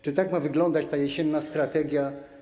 Czy tak ma wyglądać ta jesienna strategia?